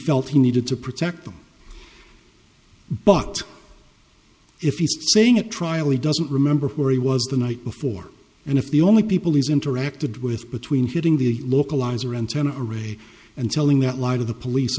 felt he needed to protect them but if he's saying at trial he doesn't remember where he was the night before and if the only people he's interacted with between hitting the localizer antenna array and telling that light of the police